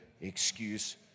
excuse